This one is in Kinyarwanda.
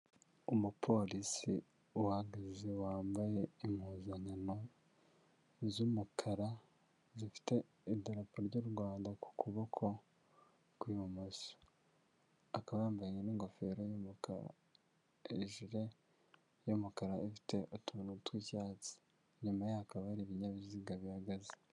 Umupolisi uhagaze wambaye impuzankano z'umukara zifite idarapo ry'u Rwanda ku kuboko kw'ibumoso, akaba yambaye n'ingofero y'umukara, ijure y'umukara ifite utuntu tw'icyatsi, inyuma hakaba hari ibinyabiziga bihagaze.